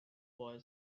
boy